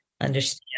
understand